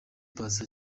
paccy